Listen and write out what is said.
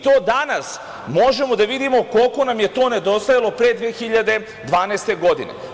To danas možemo da vidimo koliko nam je to nedostajalo pre 2012. godine.